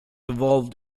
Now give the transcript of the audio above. evolved